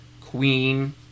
queen